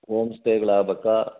ohm ಸ್ಟೇಗಳು ಆಗಬೇಕಾ